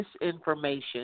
misinformation